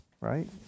right